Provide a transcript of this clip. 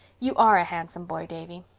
you are a handsome boy, davy.